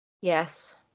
Yes